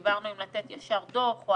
דיברנו אם לתת ישר דוח או